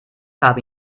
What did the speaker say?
habe